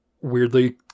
weirdly